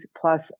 plus